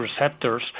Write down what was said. receptors